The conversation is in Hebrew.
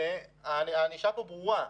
הענישה כאן ברורה.